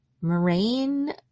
Moraine